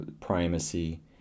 primacy